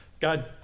God